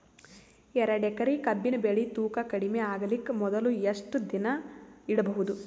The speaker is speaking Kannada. ಎರಡೇಕರಿ ಕಬ್ಬಿನ್ ಬೆಳಿ ತೂಕ ಕಡಿಮೆ ಆಗಲಿಕ ಮೊದಲು ಎಷ್ಟ ದಿನ ಇಡಬಹುದು?